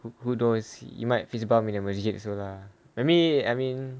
but who knows you might fist bump juga in the masjid also lah maybe I mean